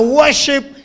worship